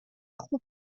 خوب